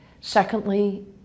Secondly